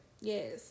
yes